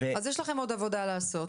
אז יש לכם עוד עבודה לעשות.